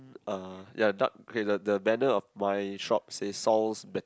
uh ya dark okay the the banner of my shop says sow's betting